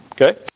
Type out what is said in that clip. Okay